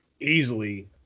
easily